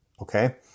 okay